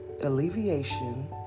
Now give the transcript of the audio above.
alleviation